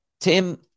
Tim